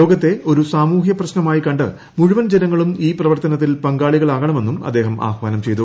രോഗത്തെ ഒരു സാമൂഹ്യ പ്രശ്നമായി കണ്ട് മുഴുവർ ക്ഷനങ്ങളും ഈ പ്രവർത്തനത്തിൽ പങ്കാളികളാകണമെന്നും ആദ്ദേഹം ആഹ്വാനം ചെയ്തു